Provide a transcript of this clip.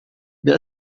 mir